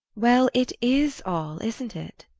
well it is all, isn't it?